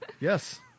Yes